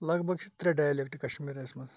لَگ بَگ چھِ ترٛےٚ ڈایلیٚکٹہٕ کَشمیٖریَس مَنٛز